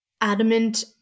adamant